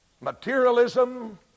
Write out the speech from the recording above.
Materialism